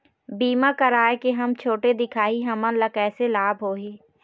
बीमा कराए के हम छोटे दिखाही हमन ला कैसे लाभ होही?